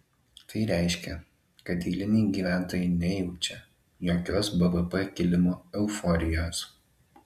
tai reiškia kad eiliniai gyventojai nejaučia jokios bvp kilimo euforijos